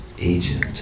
agent